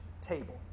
table